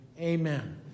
amen